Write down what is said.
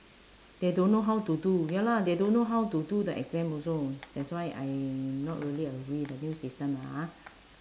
they don't know how to do ya lah they don't know how to do the exam also that's why I not really agree with the new system lah ah